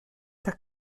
der